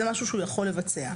זה משהו שהוא יכול לבצע.